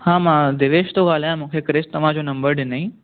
हा मां दिवेश थो ॻाल्हायां मूंखे कृष तव्हांजो नंबर ॾिनईं